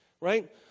right